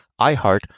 iHeart